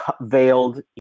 veiled